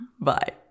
Bye